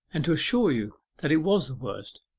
and to assure you that it was the worst,